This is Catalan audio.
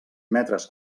metres